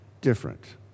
different